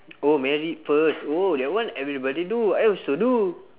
oh married first oh that one everybody do I also do